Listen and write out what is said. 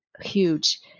huge